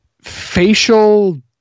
facial